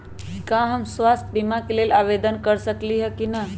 का हम स्वास्थ्य बीमा के लेल आवेदन कर सकली ह की न?